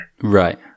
Right